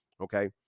Okay